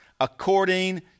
according